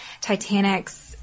Titanic's